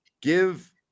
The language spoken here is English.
Give